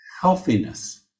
healthiness